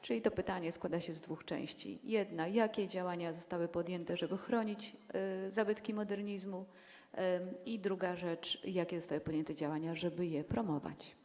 Czyli to pytanie składa się z dwóch części: jedna, jakie działania zostały podjęte, żeby chronić zabytki modernizmu, i druga, jakie zostały podjęte działania, żeby je promować.